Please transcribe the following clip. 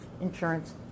Insurance